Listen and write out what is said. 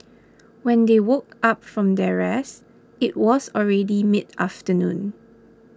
when they woke up from their rest it was already midafternoon